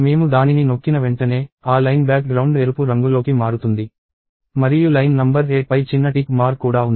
మేము దానిని నొక్కిన వెంటనే ఆ లైన్ బ్యాక్గ్రౌండ్ ఎరుపు రంగులోకి మారుతుంది మరియు లైన్ నంబర్ 8పై చిన్న టిక్ మార్క్ కూడా ఉంది